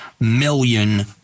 million